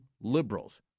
liberals